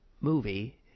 movie